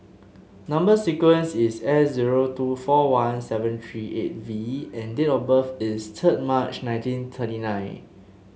number sequence is S zero two four one seven three eight V and date of birth is third March nineteen thirty nine